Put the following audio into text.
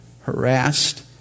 harassed